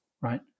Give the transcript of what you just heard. right